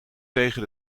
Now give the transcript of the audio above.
tegen